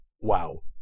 Wow